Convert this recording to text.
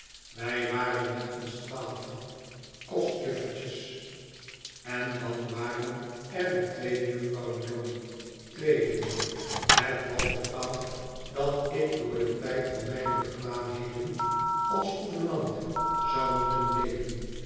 wij waren met ons twaalven kostjufïertjes en dan waren er de twee jufvrouwen donny tweelingen het was bepaald dat ik door den tijd van mijne bekwaamheden als gouvernante zou moeten leven